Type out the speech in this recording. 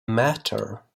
matter